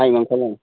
খাহী মাংস ল'ম